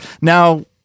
Now